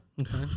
okay